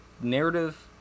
narrative